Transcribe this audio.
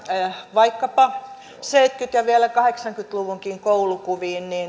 vaikkapa seitsemänkymmentä ja vielä kahdeksankymmentä luvunkin koulukuviin